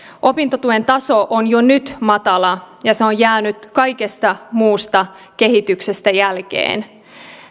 opintotuen taso on jo nyt matala ja se on jäänyt kaikesta muusta kehityksestä jälkeen